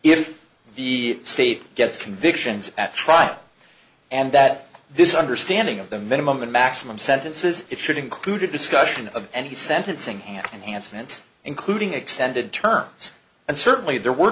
if the state gets convictions at trial and that this understanding of the minimum and maximum sentence is it should include discussion of any sentencing hand in hand since including extended terms and certainly there were